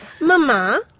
Mama